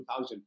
2000